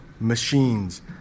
machines